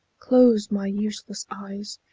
close my useless eyes,